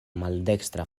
maldekstra